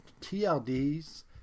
TLDs